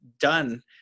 done